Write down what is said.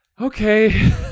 okay